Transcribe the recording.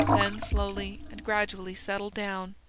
then slowly and gradually settled down,